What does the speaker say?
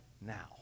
now